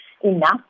enough